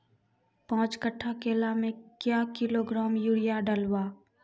पाँच कट्ठा केला मे क्या किलोग्राम यूरिया डलवा?